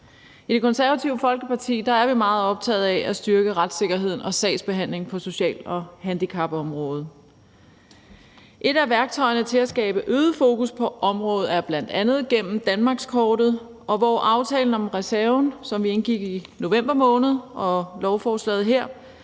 I Det Konservative Folkeparti er vi meget optaget af at styrke retssikkerheden og sagsbehandlingen på social- og handicapområdet. Et af værktøjerne til at skabe øget fokus på området er bl.a. gennem danmarkskortet, hvor aftalen om reserven, som vi indgik i november måned, og lovforslaget her